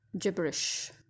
gibberish